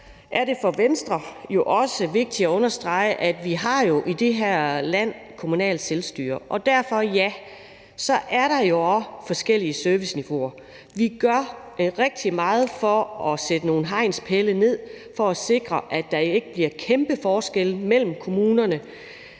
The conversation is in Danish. er det for Venstre også vigtigt at understrege, at vi jo i det her land har kommunalt selvstyre, og derfor er der også forskellige serviceniveauer. Vi gør rigtig meget for at sætte nogle hegnspæle ned for at sikre, at der ikke bliver kæmpe forskelle mellem kommunerne,